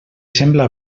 sembla